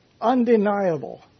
undeniable